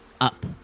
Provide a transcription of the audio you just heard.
up